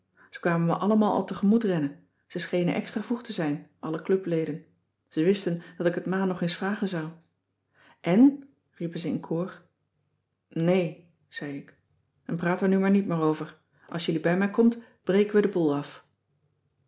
ze kwamen me allemaal al tegemoet rennen ze schenen extra vroeg te zijn alle clubleden ze wisten dat ik het ma nog eens vragen zou en riepen ze in koor nee zei ik en praat er nu maar niet meer over als jullie bij mij komt breken we den boel af